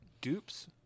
Dupes